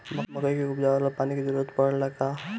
मकई के उपजाव ला पानी के जरूरत परेला का?